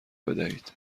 بدهید